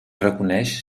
reconeix